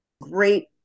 great